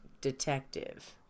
detective